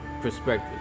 perspective